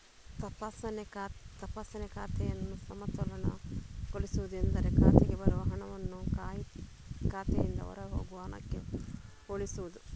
ತಪಾಸಣೆ ಖಾತೆಯನ್ನು ಸಮತೋಲನಗೊಳಿಸುವುದು ಎಂದರೆ ಖಾತೆಗೆ ಬರುವ ಹಣವನ್ನು ಖಾತೆಯಿಂದ ಹೊರಹೋಗುವ ಹಣಕ್ಕೆ ಹೋಲಿಸುವುದು